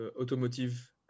automotive